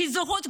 זכות גדולה.